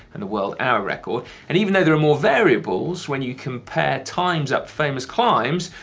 and the world hour record, and even though there are more variables when you compare times ever-famous climbs,